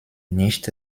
nicht